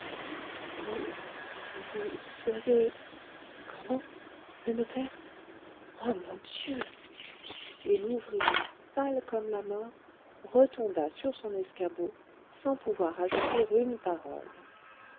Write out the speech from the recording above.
vous vous seriez comment le notaire ah mon dieu et l'ouvrier pâle comme la mort retomba sur son escabeau sans pouvoir ajouter une parole